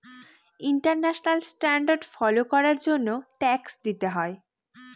international standard follow করার জন্য tax দিতে হয়